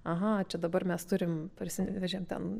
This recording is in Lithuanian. aha čia dabar mes turim parsivežėm ten